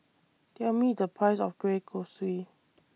Tell Me The Price of Kueh Kosui